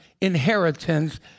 inheritance